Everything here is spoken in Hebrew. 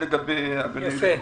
יפה.